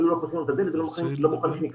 אפילו לא פותחים לנו את הדלת ולא מוכנים שניכנס.